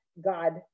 god